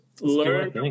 learn